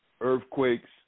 earthquakes